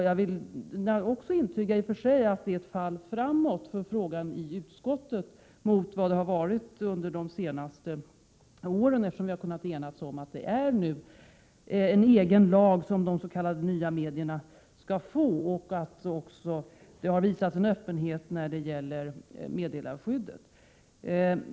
Jag vill också intyga att det i och för sig har varit ett fall framåt inom utskottet vad gäller denna fråga, eftersom vi har kunnat enas om att de s.k. nya medierna skall få en egen lag och eftersom det har visats öppenhet när det gäller meddelarskyddet.